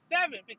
seven